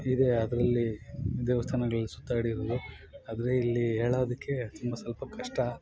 ಇದೆ ಅದರಲ್ಲಿ ದೇವಸ್ಥಾನಗಳಲ್ಲಿ ಸುತ್ತಾಡಿರೋದು ಆದರೆ ಇಲ್ಲಿ ಹೇಳೋದಕ್ಕೆ ತುಂಬ ಸ್ವಲ್ಪ ಕಷ್ಟ